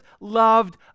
loved